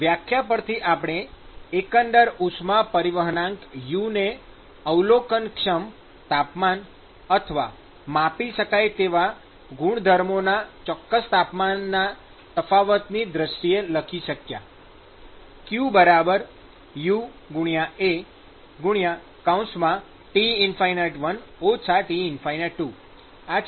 વ્યાખ્યા પરથી આપણે એકંદર ઉષ્મા પરિવહનાંક U ને અવલોકનક્ષમ તાપમાન અથવા માપી શકાય તેવા ગુણધર્મોના ચોક્કસ તાપમાનના તફાવતની દ્રષ્ટિએ લખી શક્યા